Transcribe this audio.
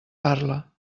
parla